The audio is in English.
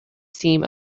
seem